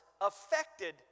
affected